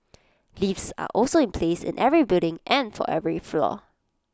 lifts are also in place in every building and for every floor